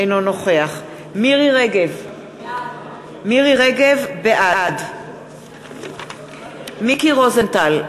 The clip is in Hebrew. אינו נוכח מירי רגב, בעד מיקי רוזנטל,